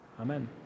Amen